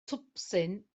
twpsyn